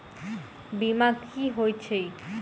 बीमा की होइत छी?